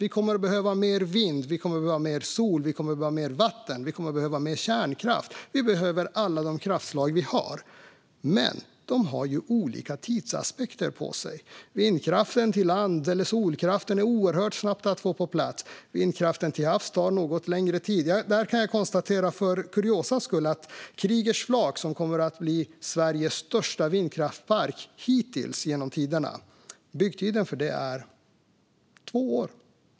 Vi kommer att behöva mer vind, mer sol, mer vatten och mer kärnkraft. Vi behöver alla de kraftslag vi har, men de har olika tidsaspekter. Vindkraft på land och solkraft går oerhört snabbt att få på plats, medan vindkraft till havs tar något längre tid. Där kan jag som kuriosa konstatera att byggtiden för Kriegers flak, som kommer att bli Sveriges största vindkraftspark genom tiderna, är två år.